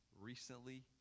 recently